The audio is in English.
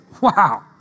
Wow